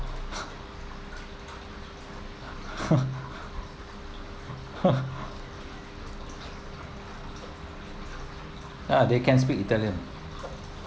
ya they can speak italian